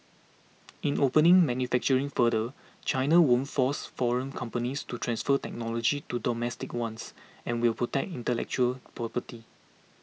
in opening manufacturing further China won't force foreign companies to transfer technology to domestic ones and will protect intellectual property